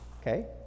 okay